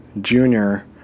Junior